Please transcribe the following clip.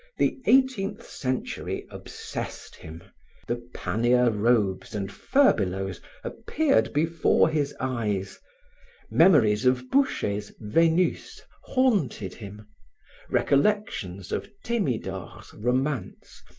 the eighteenth century obsessed him the panier robes and furbelows appeared before his eyes memories of boucher's venus haunted him recollections of themidor's romance,